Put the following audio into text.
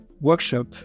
workshop